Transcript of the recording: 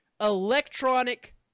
electronic